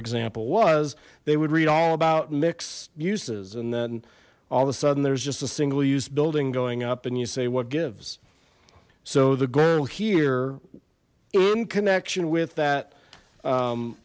example was they would read all about mixed uses and then all of a sudden there's just a single use building going up and you say what gives so the goal here in connection with that